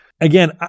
Again